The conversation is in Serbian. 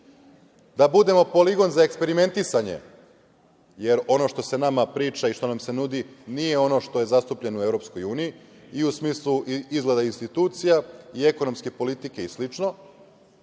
da budemo poligon za eksperimentisanje, jer ono što se nama priča i što nam se nudi nije ono što je zastupljeno u EU i u smislu izgleda institucija i ekonomske politike i sl.